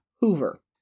Hoover